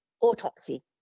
autopsy